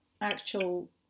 Actual